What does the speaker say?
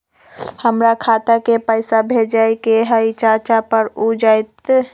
हमरा खाता के पईसा भेजेए के हई चाचा पर ऊ जाएत?